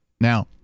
Now